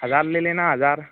हजार ले लेना हजार